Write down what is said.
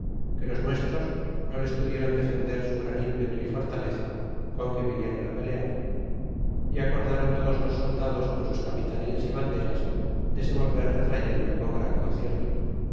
que los nuestros no les pudiéron defender su gran ímpetu y fortaleza con que viniéron á pelear y acordaron todos los soldados con sus capitanías y banderas de se volver retrayendo con gran concierto